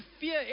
fear